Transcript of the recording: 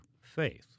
faith